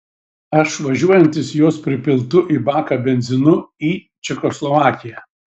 aš važiuojantis jos pripiltu į baką benzinu į čekoslovakiją